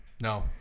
No